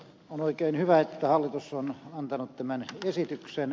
on oikein hyvä että hallitus on antanut tämän esityksen